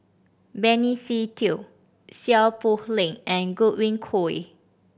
Benny Se Teo Seow Poh Leng and Godwin Koay